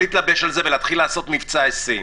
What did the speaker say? להתלבש על זה ולעשות מבצעי היסעים.